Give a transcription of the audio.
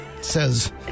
says